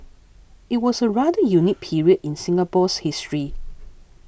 it was a rather unique period in Singapore's history